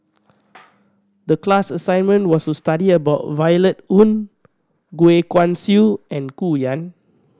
the class assignment was to study about Violet Oon Goh Guan Siew and Gu Juan